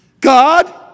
God